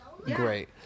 great